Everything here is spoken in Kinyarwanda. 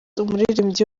umuririmbyi